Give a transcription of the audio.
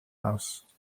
house